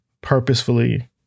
purposefully